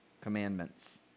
commandments